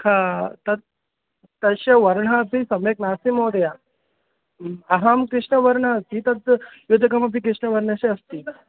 हा तत् तस्य वर्णः अपि सम्यक् नास्ति महोदय अहं कृष्णवर्णीयः अस्मि तत् युतकमपि कृष्णवर्णस्य अस्ति